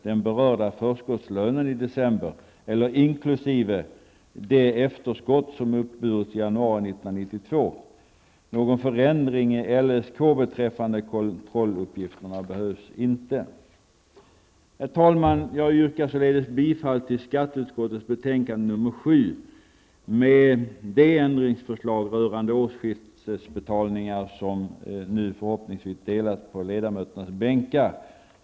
den berörda förskottslönen i december eller inkl. det efterskott som uppburits i januari 1992. Någon förändring i Herr talman! Jag yrkar således bifall till skatteutskottets hemställan i betänkande nr 7 med det ändringsförslag rörande årsskiftesbetalningar som nu förhoppningsvis har delats på ledamöternas bänkar.